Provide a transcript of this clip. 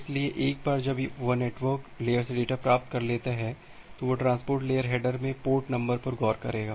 इसलिए एक बार जब वह नेटवर्क लेयर से डेटा प्राप्त कर लेता है तो वह ट्रांसपोर्ट लेयर हेडर में पोर्ट नंबर पर गौर करेगा